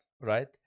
right